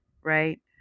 right